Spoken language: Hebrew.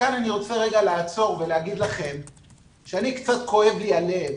כאן אני רוצה לעצור לרגע ולומר לכם שקצת כואב לי הלב